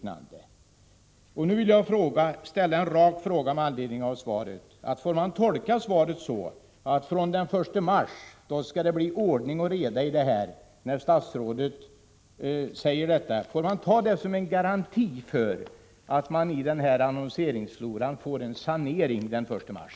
Nu vill jag ställa en rak fråga med anledning av svaret: Får jag tolka svaret så, att det från den 1 mars skall bli ordning och reda? Får man ta det statsrådet säger i den delen som en garanti för att det sker en sanering i den här annonseringsfloran den 1 mars?